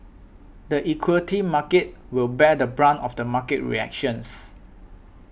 the equity market will bear the brunt of the market reactions